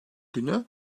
günü